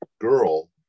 girl